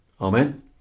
Amen